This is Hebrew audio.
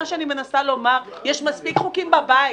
מה שאני מנסה לומר זה שיש מספיק חוקים בבית